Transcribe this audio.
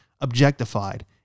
objectified